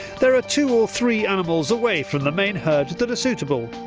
there are two or three animals away from the main herd that are suitable.